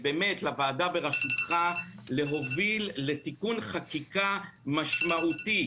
אנחנו קוראים לוועדה בראשותך להוביל לתיקון חקיקה משמעותי,